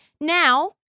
Now